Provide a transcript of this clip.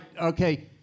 Okay